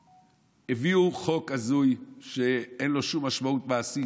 הביאו חוק הזוי שאין לו שום משמעות מעשית,